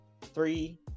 Three